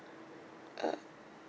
ugh